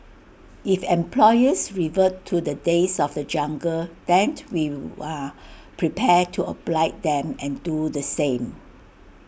if employers revert to the days of the jungle then we are prepared to oblige them and do the same